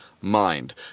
mind